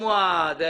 תגיד גם על דעתי.